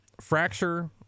fracture